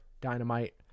Dynamite